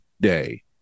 Day